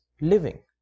living